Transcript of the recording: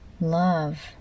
love